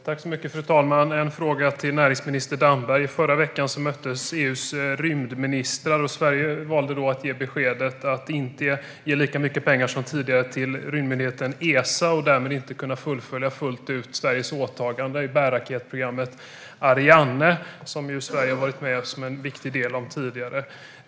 Fru talman! Jag har en fråga till näringsminister Damberg. I förra veckan möttes EU:s rymdministrar, och Sverige valde då att ge beskedet att rymdmyndigheten ESA inte ska få lika mycket pengar som tidigare. Sverige kan därmed inte fullt ut fullgöra sitt åtagande i bärraketprogrammet Ariane, där man tidigare ingått som en viktig del.